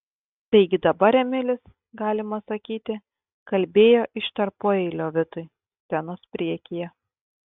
taigi dabar emilis galima sakyti kalbėjo iš tarpueilio vitui scenos priekyje